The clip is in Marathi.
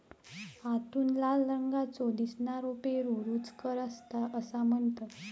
आतून लाल रंगाचो दिसनारो पेरू रुचकर असता असा म्हणतत